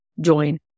join